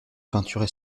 peintures